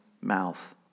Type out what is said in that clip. mouth